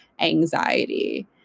anxiety